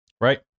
Right